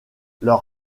leur